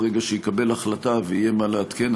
ברגע שיקבל החלטה ויהיה מה לעדכן,